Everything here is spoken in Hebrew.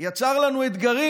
יצר לנו אתגרים,